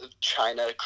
china